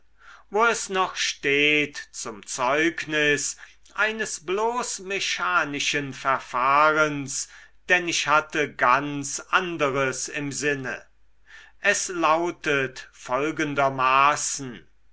wo es noch steht zum zeugnis eines bloß mechanischen verfahrens denn ich hatte ganz anderes im sinne es lautet folgendermaßen